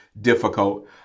difficult